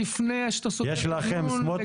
אני עובר לזום רק לתת למישהו ונסיים את הדיון.